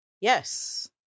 Yes